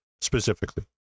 specifically